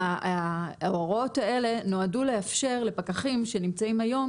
שההוראות האלה נועדו לאפשר לפקחים שנמצאים היום